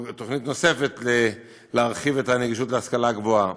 שהיא תוכנית נוספת להרחיב את הנגישות להשכלה גבוהה,